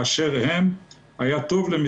ואם האנשים לא יכולים לקבל סיוע,